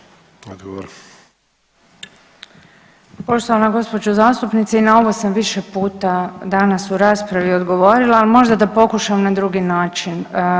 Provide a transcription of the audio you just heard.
Poštovana gđo. zastupnice i na ovo sam više puta danas u raspravi odgovorila, ali možda da pokušam na drugi način.